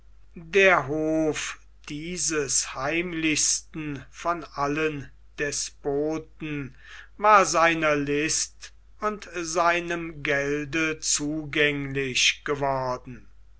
der hof dieses heimlichsten von allen despoten war seiner list und seinem gelde zugänglich geworden